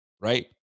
right